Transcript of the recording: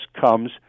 comes